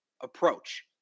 approach